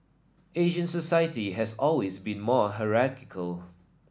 Asian society has always been more hierarchical